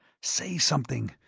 say something.